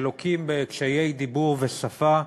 שלוקים בקשיי דיבור ושפה,